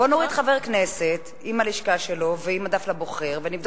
בוא נוריד חבר כנסת עם הלשכה שלו ועם הדף לבוחר ונבדוק